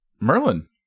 Merlin